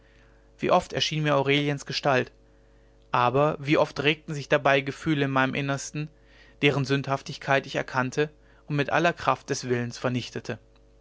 wie oft erschien mir aureliens gestalt aber wie oft regten sich dabei gefühle in meinem innersten deren sündhaftigkeit ich erkannte und mit aller kraft des willens vernichtete